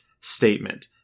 statement